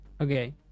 okay